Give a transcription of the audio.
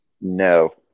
No